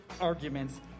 arguments